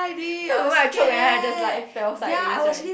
cause the moment I choke and then I just lie fell inside range right